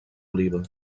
oliva